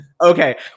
okay